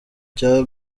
cya